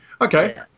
Okay